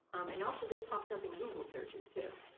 and also this pops up in google searches, too.